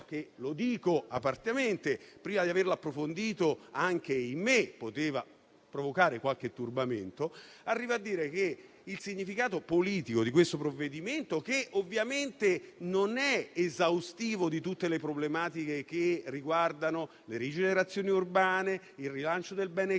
che - lo dico apertamente - prima di approfondirlo, anche in me poteva provocare qualche turbamento. C'è un significato politico in questo provvedimento, che ovviamente non è esaustivo di tutte le problematiche che riguardano le rigenerazioni urbane e il rilancio del bene casa.